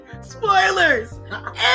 spoilers